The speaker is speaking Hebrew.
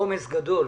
העומס גדול.